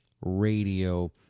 Radio